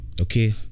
Okay